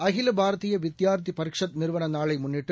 Akhil Bharatiya Vidyarthi Parishad நிறுவனநாளைமுன்னிட்டு